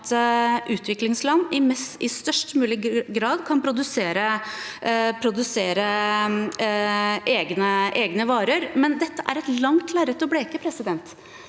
at utviklingsland i størst mulig grad kan produsere egne varer, men dette er et langt lerret å bleke. Derfor